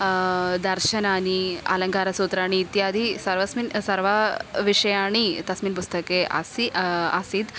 दर्शनानि अलङ्कारसूत्राणि इत्यादि सर्वस्मिन् सर्वा विषयाणि तस्मिन् पुस्तके अस्ति आसीत्